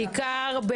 בעיקר,